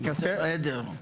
יותר עדר.